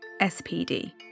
SPD